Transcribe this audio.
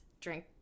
drink